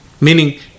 Meaning